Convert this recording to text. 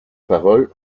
parole